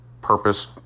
purpose